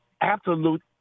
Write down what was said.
absolute